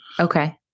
Okay